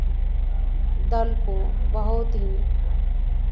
दल को बहुत ही